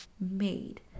made